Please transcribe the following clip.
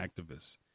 activists